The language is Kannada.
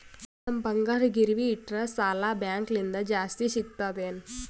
ನಮ್ ಬಂಗಾರ ಗಿರವಿ ಇಟ್ಟರ ಸಾಲ ಬ್ಯಾಂಕ ಲಿಂದ ಜಾಸ್ತಿ ಸಿಗ್ತದಾ ಏನ್?